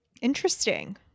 Interesting